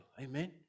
Amen